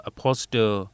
Apostle